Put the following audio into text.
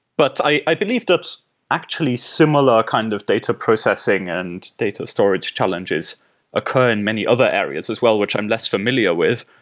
but i i believe there's actually similar kind of data processing and data storage challenges occur in many other areas as well, which i'm less familiar with.